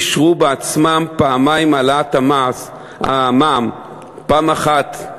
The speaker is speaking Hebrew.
אישרו בעצמם פעמיים את העלאת המע"מ: פעם אחת,